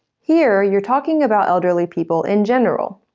here, you're talking about elderly people in general.